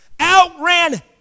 outran